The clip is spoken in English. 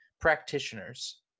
practitioners